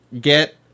get